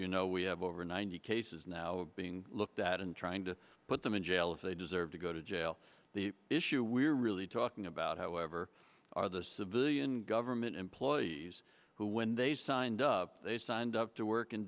you know we have over ninety cases now being looked at and trying to put them in jail if they deserve to go to jail the issue we're really talking about however are the civilian government employees who when they signed up they signed up to work in